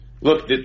look